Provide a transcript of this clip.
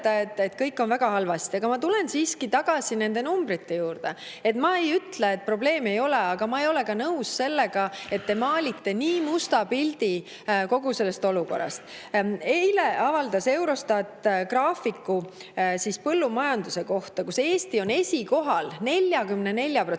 et kõik on väga halvasti. Aga ma tulen siiski tagasi nende numbrite juurde. Ma ei ütle, et probleemi ei ole, aga ma ei ole ka nõus sellega, et te maalite nii musta pildi kogu sellest olukorrast. Eile avaldas Eurostat graafiku põllumajanduse kohta, kus Eesti on esikohal